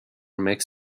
makes